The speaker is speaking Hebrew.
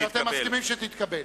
שאתם מסכימים שתתקבל.